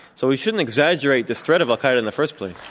so we shouldn't exaggerate this threat of al-qaeda in the first place.